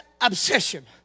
obsession